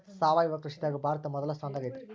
ಸಾವಯವ ಕೃಷಿದಾಗ ಭಾರತ ಮೊದಲ ಸ್ಥಾನದಾಗ ಐತ್ರಿ